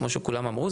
כמו שכולם אמרו,